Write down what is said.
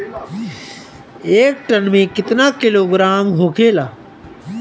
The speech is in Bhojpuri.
एक टन मे केतना किलोग्राम होखेला?